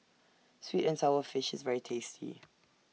Sweet and Sour Fish IS very tasty